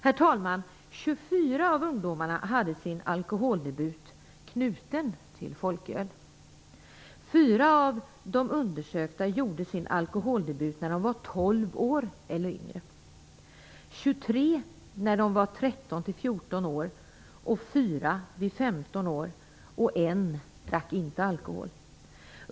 Herr talman! 24 av ungdomarna hade sin alkoholdebut knuten till folköl. 4 av de undersökta gjorde sin alkoholdebut när de var 12 år eller yngre, 23 när de var 13-14 år och 4 vid 15 år. En drack inte alkohol.